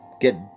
get